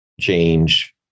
change